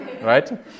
right